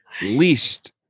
least